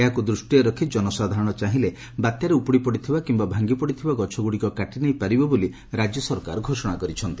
ଏହାକୁ ଦୂଷିରେ ରଖି ଜନସାଧାରଣ ଚାହିଁଲେ ବାତ୍ୟାରେ ଉପୁଡ଼ି ପଡ଼ିଥିବା କିମ୍ଟା ଭାଙ୍ଗିପଡ଼ିଥିବା ଗଛଗୁଡ଼ିକ କାଟିନେଇ ପାରିବେ ବୋଲି ରାଜ୍ୟ ସରକାର ଘୋଷଣା କରିଛନ୍ତି